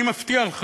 אני מבטיח לך,